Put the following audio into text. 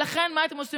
ולכן, מה אתם עושים?